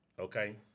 Okay